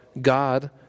God